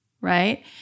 right